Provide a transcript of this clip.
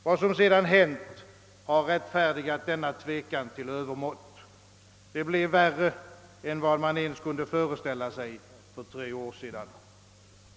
Vad som sedan hänt har rättfärdigat denna tvekan till övermått. Det blev värre än vad man ens kunde föreställa sig för tre år sedan.